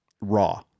raw